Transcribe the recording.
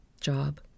job